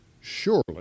surely